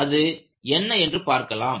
அது என்ன என்று பார்க்கலாம்